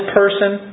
person